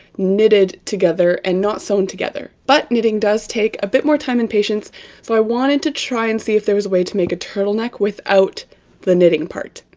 knitted together, and not sewn together. but! knitting does take a bit more time and patience so i wanted to try and see if there was a way to make a turtleneck without the knitting part.